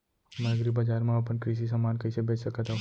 मैं एग्रीबजार मा अपन कृषि समान कइसे बेच सकत हव?